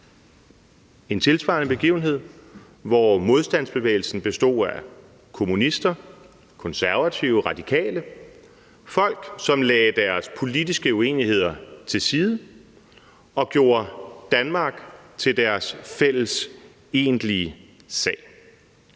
en tilsvarende begivenhed, hvor modstandsbevægelsen bestod af kommunister, konservative og radikale. Det var folk, som lagde deres politiske uenigheder til side og gjorde Danmark til deres fælles egentlige sag.